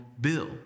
bill